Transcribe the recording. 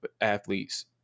athletes